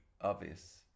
obvious